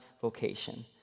vocation